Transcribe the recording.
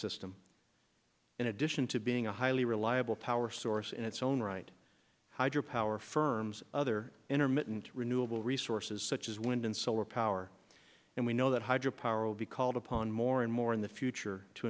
system in addition to being a highly reliable power source in its own right hydro power firms other intermittent renewable resources such as wind and solar power and we know that hydro power will be called upon more and more in the future to